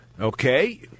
Okay